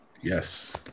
Yes